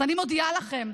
אז אני מודיעה לכם: